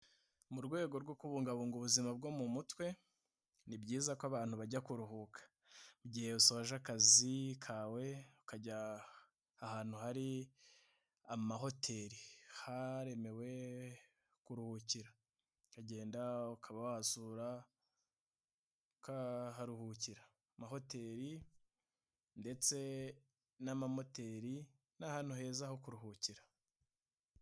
Mu rwego rwo kubungabunga ubuzima bwo mu mutwe, ni byiza ko abantu bajya kuruhuka, igihe wasoje akazi kawe ukajya ahantu hari amahoteli haremewe kuruhukira, ukagenda ukaba wahasura ukaharuhukira, amahoteli ndetse n'amamoteri ni ahantu heza ho kuruhukira.